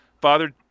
Father